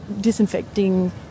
disinfecting